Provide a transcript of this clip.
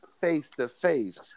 face-to-face